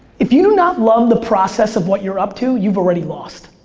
if you do not love the process of what you're up to, you've already lost.